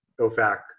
OFAC